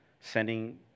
sending